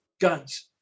guns